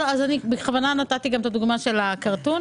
נתתי דוגמה גם של סרט מצויר.